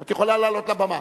את יכולה לעלות לבמה.